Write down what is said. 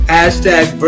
Hashtag